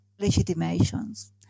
legitimations